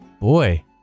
Boy